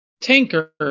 tanker